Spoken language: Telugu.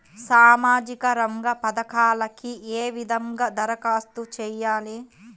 సామాజిక రంగ పథకాలకీ ఏ విధంగా ధరఖాస్తు చేయాలి?